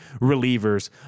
relievers